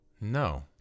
No